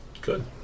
Good